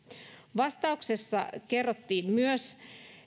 vastauksessa kerrottiin myös